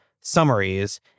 summaries